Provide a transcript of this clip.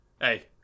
Hey